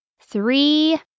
three